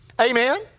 amen